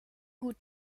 gut